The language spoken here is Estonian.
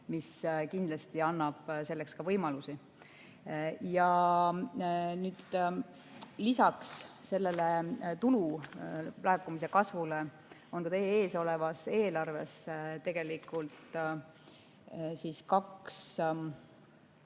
mis kindlasti annab selleks ka võimalusi. Ja lisaks sellele tulu laekumise kasvule on ka teie ees olevas eelarves kaks